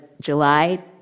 July